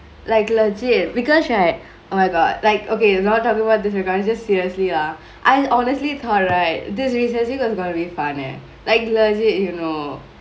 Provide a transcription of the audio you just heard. like legit because right oh my god like okay not talkingk about this but just seriously lah I honestly thought right this recess week is gonna be fun leh like legit you know